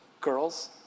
Girls